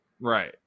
Right